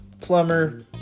plumber